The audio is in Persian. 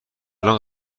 تهران